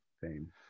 fame